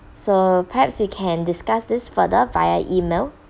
so perhaps we can discuss this further via email